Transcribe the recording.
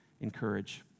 encourage